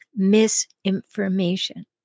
Misinformation